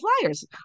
flyers